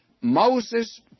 Moses